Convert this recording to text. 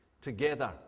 together